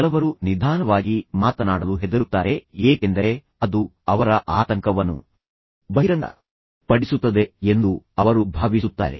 ಕೆಲವರು ನಿಧಾನವಾಗಿ ಮಾತನಾಡಲು ಹೆದರುತ್ತಾರೆ ಏಕೆಂದರೆ ಅದು ಅವರ ಆತಂಕವನ್ನು ಬಹಿರಂಗಪಡಿಸುತ್ತದೆ ಎಂದು ಅವರು ಭಾವಿಸುತ್ತಾರೆ